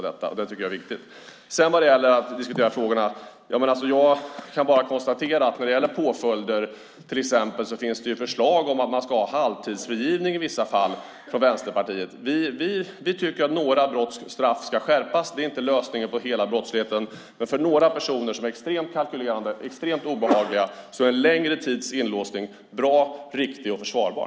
När det gäller påföljder finns det förslag från Vänsterpartiet om att man ska ha halvtidsfrigivning i vissa fall. Vi tycker att några straff ska skärpas. Det är inte lösningen på hela brottsligheten, men för några personer som är extremt kalkylerande och obehagliga är en längre tids inlåsning bra, riktig och försvarbar.